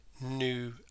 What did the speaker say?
new